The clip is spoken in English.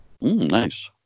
nice